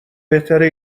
بهتره